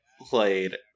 played